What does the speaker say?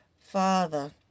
Father